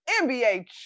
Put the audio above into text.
NBA